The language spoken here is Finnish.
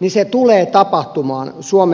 niin se tulee tapahtumaan suomen miljardilupauksista huolimatta